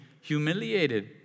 humiliated